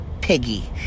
piggy